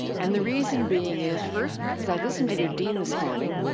and the reason being is first, as i listened to your dean this morning,